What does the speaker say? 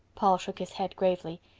paul shook his head gravely.